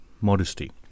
modesty